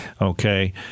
Okay